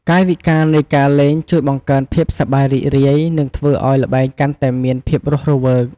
កាយវិការនៃការលេងជួយបង្កើនភាពសប្បាយរីករាយ និងធ្វើឱ្យល្បែងកាន់តែមានភាពរស់រវើក។